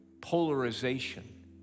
polarization